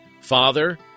Father